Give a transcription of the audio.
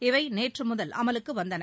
இவை நேற்று முதல் அமலுக்கு வந்தன